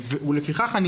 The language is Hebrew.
לפיכך,